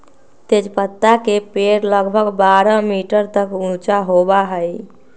तेजपत्ता के पेड़ लगभग बारह मीटर तक ऊंचा होबा हई